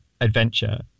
adventure